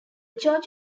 church